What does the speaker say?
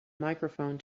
microphone